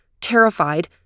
terrified